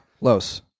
Los